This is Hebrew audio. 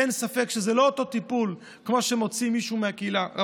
אין ספק שזה לא אותו טיפול כמו שמוצאים אצל מישהו מהקהילה.